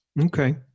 okay